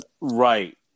Right